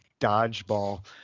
dodgeball